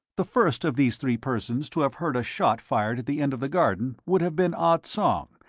the first of these three persons to have heard a shot fired at the end of the garden would have been ah tsong,